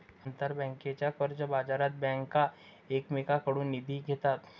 आंतरबँकेच्या कर्जबाजारात बँका एकमेकांकडून निधी घेतात